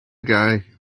gleich